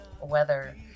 weather